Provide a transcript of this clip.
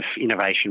innovation